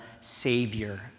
savior